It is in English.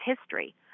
history